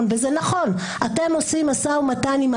ישלם את כל שאר הדברים שהולכים ומתייקרים וילכו ויתייקרו,